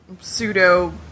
pseudo